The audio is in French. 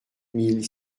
mille